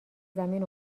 زمین